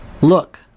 Look